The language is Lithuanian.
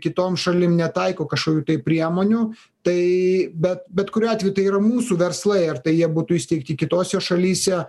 kitom šalim netaiko kažkokių tai priemonių tai bet bet kuriuo atveju tai yra mūsų verslai ar tai jie būtų įsteigti kitose šalyse